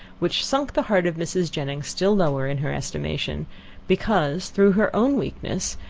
which sunk the heart of mrs. jennings still lower in her estimation because, through her own weakness,